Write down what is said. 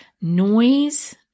noise